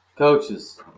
Coaches